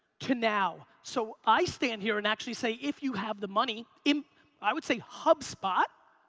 to now. so i stand here and actually say if you have the money in i would say hubspot.